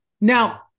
Now